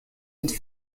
une